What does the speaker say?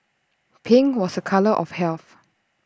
pink was A colour of health